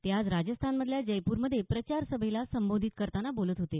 ते आज राजस्थानमधल्या जयपूरमध्ये प्रचार सभेला संबोधित करतांना बोलत होते